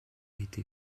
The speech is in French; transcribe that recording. été